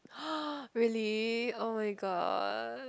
!huh! really [oh]-my-god